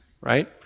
right